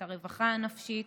את הרווחה הנפשית,